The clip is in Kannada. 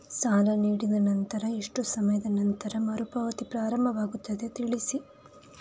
ಸಾಲ ನೀಡಿದ ನಂತರ ಎಷ್ಟು ಸಮಯದ ನಂತರ ಮರುಪಾವತಿ ಪ್ರಾರಂಭವಾಗುತ್ತದೆ ತಿಳಿಸಿ?